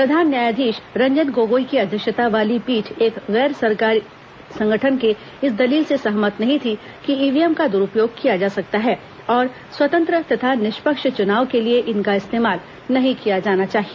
प्रधान न्यायाधीश रंजन गोगोई की अध्यक्षता वाली पीठ एक गैर सरकारी संगठन के इस दलील से सहमत नहीं थी कि ईव्हीएम का द्रूपयोग किया जा सकता है और स्वतंत्र तथा निष्पक्ष चुनाव के लिए इनका इस्तेमाल नहीं किया जाना चाहिए